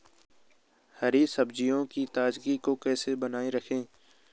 हरी सब्जियों की ताजगी को कैसे बनाये रखें?